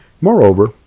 Moreover